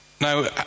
Now